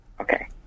Okay